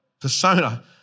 persona